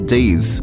Days